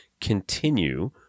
continue